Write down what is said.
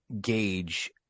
gauge